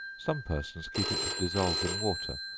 some persons keep it dissolved in water,